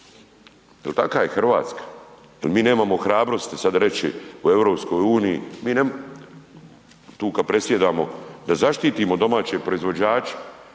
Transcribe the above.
jel taka je RH, jel mi nemamo hrabrosti sada reći u EU tu kad predsjedamo da zaštitimo domaće proizvođače,